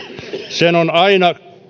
sen on aina